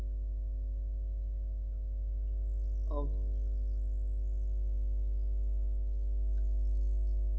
oh